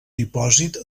dipòsit